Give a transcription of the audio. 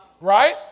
right